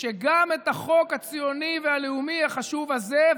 שגם החוק הציוני והלאומי החשוב הזה,